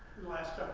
last